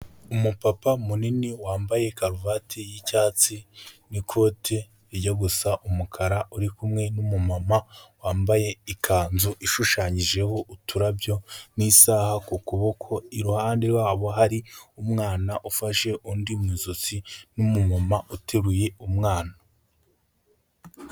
Umupapa munini wambaye karuvati y'icyatsi n'ikote rijya gusa umukara uri kumwe n'umumama wambaye ikanzu ishushanyijeho uturabyo n'isaha ku kuboko, iruhande rwabo hari umwana ufashe undi mu ijosi n'umumama uteruye umwana.